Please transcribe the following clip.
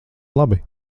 labi